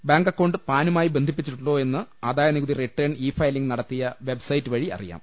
bank account പാനുമായി ബന്ധിപ്പിച്ചിട്ടുണ്ടോയെന്ന് ആദായ നികുതി റിട്ടേൺ ഇ ഫയലിംഗ് നടത്തിയ വെബ് സ്റ്റൈറ്റ് വഴി അറി യാം